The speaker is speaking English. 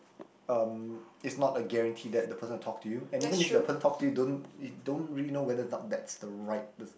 um it's not a guarantee that the person will talk to you and even if the person talks to you don't you don't really know whether not that's the right the